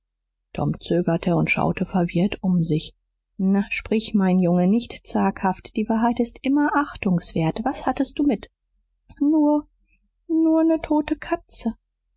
tom zögerte und schaute verwirrt um sich na sprich mein junge nicht zaghaft die wahrheit ist immer achtungswert was hattest du mit nur nur ne tote katze